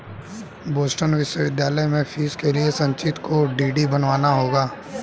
Boston विश्वविद्यालय में fees के लिए संचित को डी.डी बनवाना होगा